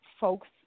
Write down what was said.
folks